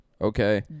Okay